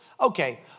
okay